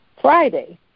Friday